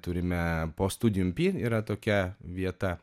turime po studijų yra tokia vieta